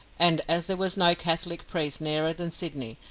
and, as there was no catholic priest nearer than sydney,